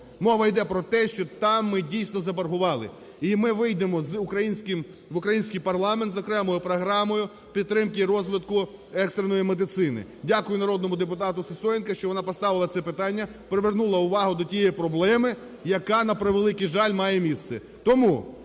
Мова йде про те, що там ми дійсно заборгували. І ми вийдемо в український парламент з окремою програмою підтримки і розвитку екстреної медицини. Дякую народному депутату Сисоєнко, що вона поставила це питання, привернула увагу до тієї проблеми, яка, на превеликий жаль, має місце.